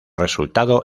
resultado